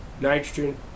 nitrogen